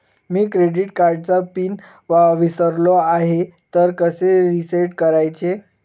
मी credit कार्डचा PIN विसरलो आहे तर कसे रीसेट करायचे?